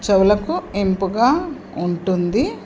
చెవులకు ఇంపుగా ఉంటుంది